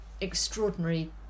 extraordinary